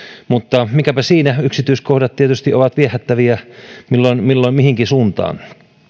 mutta mikäpä siinä yksityiskohdat tietysti ovat viehättäviä milloin milloin mihinkin suuntaan